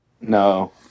No